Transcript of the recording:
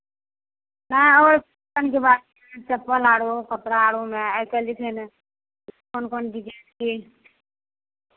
हँ ओहि फैशनके बात छै चप्पल आरो कपड़ा आरोमे आइ काल्हि जे छै ने कोन कोन डिजाइन छै